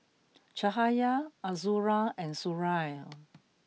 Cahaya Azura and Suria